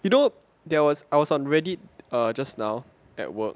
you know there was I was on reddit err just now at work